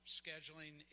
scheduling